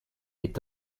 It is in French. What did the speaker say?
est